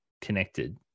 connected